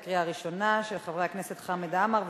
של חברי הכנסת חמד עמאר,